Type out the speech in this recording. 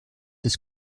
des